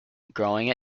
growing